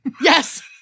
Yes